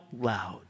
loud